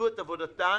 עבודתן